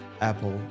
Apple